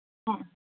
ஆ